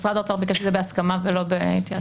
משרד האוצר ביקש את זה בהסכמה ולא בהתייעצות.